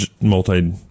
multi